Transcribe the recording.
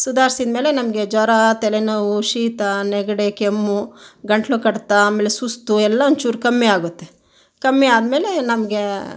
ಸುಧಾರಿಸಿದ ಮೇಲೆ ನಮಗೆ ಜ್ವರ ತಲೆನೋವು ಶೀತ ನೆಗಡಿ ಕೆಮ್ಮು ಗಂಟಲು ಕಡಿತ ಆಮೇಲೆ ಸುಸ್ತು ಎಲ್ಲ ಒಂಚೂರು ಕಮ್ಮಿ ಆಗತ್ತೆ ಕಮ್ಮಿ ಆದ ಮೇಲೆ ನಮಗೆ